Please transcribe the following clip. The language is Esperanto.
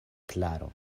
klaro